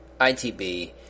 ITB